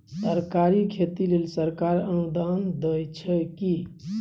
तरकारीक खेती लेल सरकार अनुदान दै छै की?